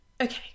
Okay